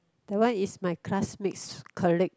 that one is my classmate's colleague